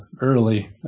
early